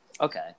Okay